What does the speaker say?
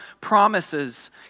promises